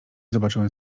zobaczyłem